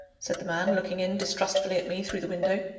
said the man, looking in distrustfully at me through the window.